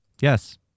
Yes